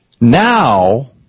Now